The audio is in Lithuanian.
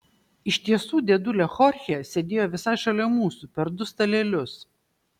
iš tiesų dėdulė chorchė sėdėjo visai šalia mūsų per du stalelius